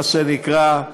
מה שנקרא,